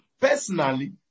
Personally